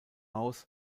aus